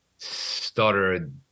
stuttered